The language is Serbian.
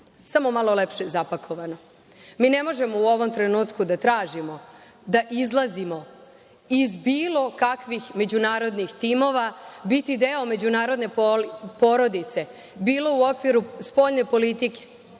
Samo malo lepše zapakovano. Mi ne možemo u ovom trenutku da tražimo, da izlazimo iz bilo kakvih međunarodnih timova. Biti deo međunarodne porodice, bilo u okviru spoljne politike,